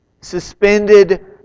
suspended